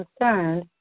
concerned